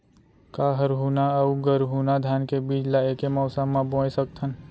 का हरहुना अऊ गरहुना धान के बीज ला ऐके मौसम मा बोए सकथन?